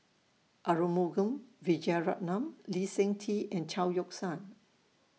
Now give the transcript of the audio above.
Arumugam Vijiaratnam Lee Seng Tee and Chao Yoke San